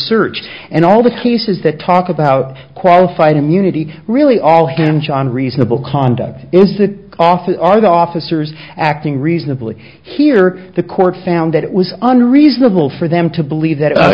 search and all the cases that talk about qualified immunity really all hinge on reasonable conduct is that often are the officers acting reasonably here the court found that it was unreasonable for them to believe that